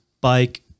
bike